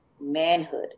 manhood